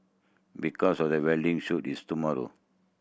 because of the wedding shoot is tomorrow